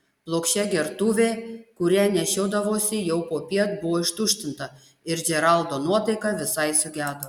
plokščia gertuvė kurią nešiodavosi jau popiet buvo ištuštinta ir džeraldo nuotaika visai sugedo